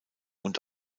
und